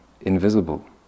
invisible